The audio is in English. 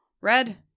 red